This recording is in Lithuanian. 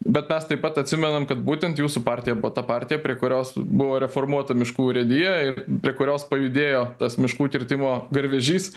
bet mes taip pat atsimenam kad būtent jūsų partija buvo ta partija prie kurios buvo reformuota miškų urėdija ir prie kurios pajudėjo tas miškų kirtimo garvežys